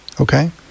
Okay